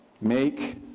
Make